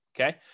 Okay